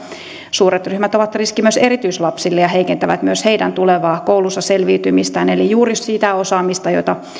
suuret ryhmät ovat riski myös erityislapsille ja heikentävät myös heidän tulevaa koulussa selviytymistään eli juuri sitä osaamista jota